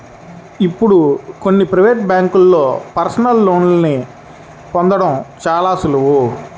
ఇప్పుడు కొన్ని ప్రవేటు బ్యేంకుల్లో పర్సనల్ లోన్ని పొందడం చాలా సులువు